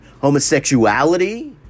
homosexuality